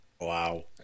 Wow